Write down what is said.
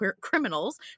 criminals